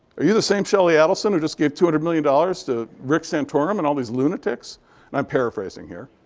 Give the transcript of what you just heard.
are you the same shelly adelson who just gave two hundred million dollars to rick santorum and all these lunatics? and i'm paraphrasing here.